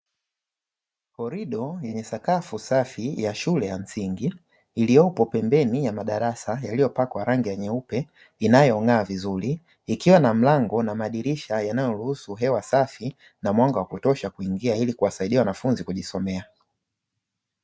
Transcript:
Korido yenye sakafu safi ya shule ya msingi, iliyopo pembeni ya madarasa yaliyopakwa rangi ya nyeupe inayong'aa vizuri, ikiwa na mlango na madirisha yanayoruhusu hewa safi na mwanga wakutosha kuingia ili kuwasaidia wanafunzi kujisomea.